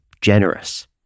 generous